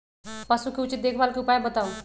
पशु के उचित देखभाल के उपाय बताऊ?